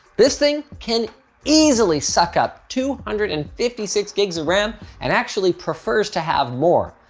this thing can easily suck up two hundred and fifty six gigs of ram and actually prefers to have more.